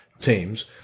teams